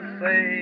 say